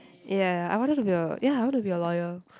ya I wanted to be a ya I want to be a lawyer